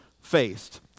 faced